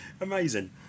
amazing